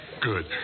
Good